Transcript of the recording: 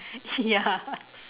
ya